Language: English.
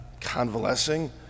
convalescing